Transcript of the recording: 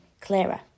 clearer